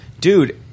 Dude